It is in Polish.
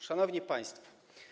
Szanowni Państwo!